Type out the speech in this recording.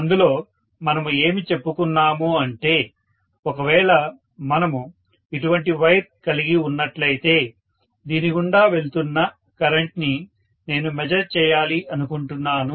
అందులో మనము ఏమి చెప్పుకున్నాము అంటే ఒకవేళ మనము ఇటువంటి వైర్ కలిగి ఉన్నట్లయితే దీని గుండా వెళ్తున్న కరెంట్ ని నేను మెజర్ చేయాలి అనుకుంటున్నాను